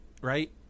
right